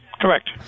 Correct